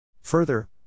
Further